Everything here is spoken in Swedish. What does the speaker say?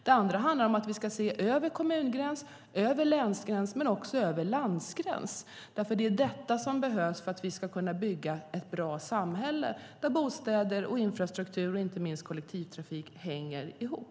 En annan handlar om att vi ska se vidare över kommungräns, länsgräns och landgräns. Det är vad som behövs för att vi ska bygga ett bra samhälle där bostäder, infrastruktur och kollektivtrafik hänger ihop.